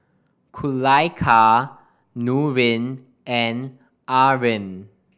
Kulaikha Nurin and Amrin